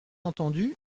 entendu